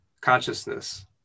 consciousness